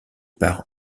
par